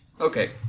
okay